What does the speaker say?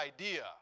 idea